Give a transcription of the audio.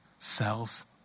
cells